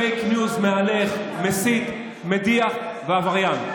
פייק ניוז מהלך, מסית, מדיח ועבריין.